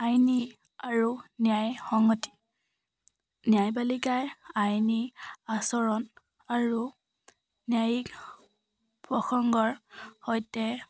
আইনী আৰু ন্যায় সংহতি ন্যায়পালিকাই আইনী আচৰণ আৰু ন্যায়িক প্ৰসংগৰ সৈতে